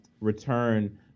return